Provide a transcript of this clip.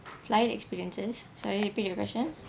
flight experiences sorry you repeat your question